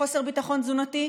"חוסר ביטחון תזונתי"?